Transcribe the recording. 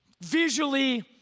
visually